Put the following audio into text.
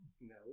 No